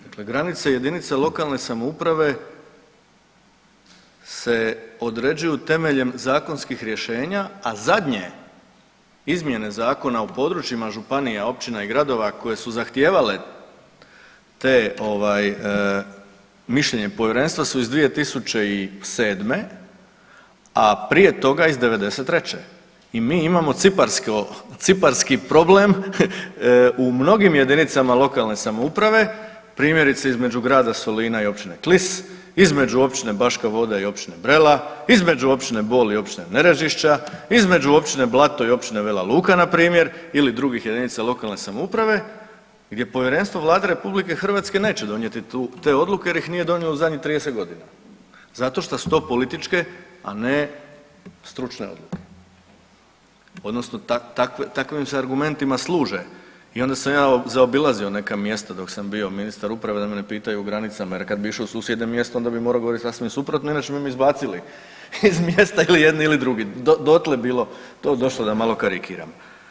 Dakle granice jedinica lokalne samouprave se određuju temeljem zakonskih rješenja, a zadnje izmjene zakona o područjima županija, općina i gradova koji su zahtijevale te ovaj mišljenje i povjerenstva su iz 2007., a prije toga iz '93. i mi imamo ciparski problem u mnogim jedinicama lokalne samouprave, primjerice između grada Solina i općine Klis, između općine Baška Voda i općine Brela, između općine Bol i općine Nerežišća, između općina Blato i općine Vela Luka, npr. ili drugih jedinica lokalne samouprave gdje Povjerenstvo Vlade RH neće donijeti te odluke jer ih nije donijela u zadnjih 30 godina zato što su to političke, a ne stručne odluke, odnosno takvim se argumentima služe i onda sam ja zaobilazio neka mjesta dok sam bio ministar uprave da me ne pitaju o granicama jer kad bi išao u susjedno mjesto, onda bi morao govoriti sasvim suprotno inače bi me izbacili iz mjesta ili jedni ili drugi, dotle je bilo to došlo, da malo karikiram.